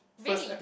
really